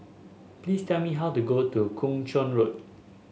please tell me how to go to Kung Chong Road